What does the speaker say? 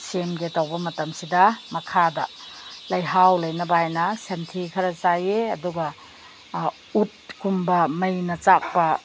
ꯁꯦꯝꯒꯦ ꯇꯧꯕ ꯃꯇꯝꯁꯤꯗ ꯃꯈꯥꯗ ꯂꯩꯍꯥꯎ ꯂꯩꯅꯕꯅ ꯁꯟꯊꯤ ꯈꯔ ꯆꯥꯏꯌꯦ ꯑꯗꯨꯒ ꯎꯠꯀꯨꯝꯕ ꯃꯩꯅ ꯆꯥꯛꯄ